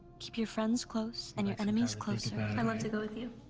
keep your friends close and your enemies closer. and i'd love to go with you.